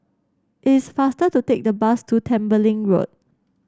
it is faster to take the bus to Tembeling Road